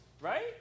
right